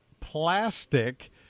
plastic